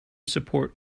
support